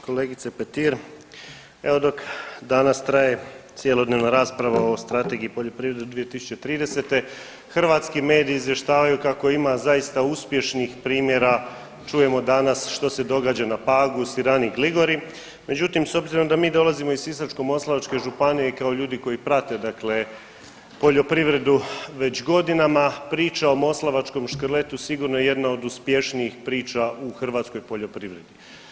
Kolegice Petir, evo dok danas traje cjelodnevna rasprava o Strategiji poljoprivrede do 2030., hrvatski mediji izvještavaju kako ima zaista uspješnih primjera, čujemo danas što se događa na Pagu i u sirani Gligori, međutim s obzirom da mi dolazimo iz Sisačko-moslavačke županije i kao ljudi koji prate dakle poljoprivredu već godinama, priča o moslavačkom škrletu sigurno je jedna od uspješnijih priča u hrvatskoj poljoprivredi.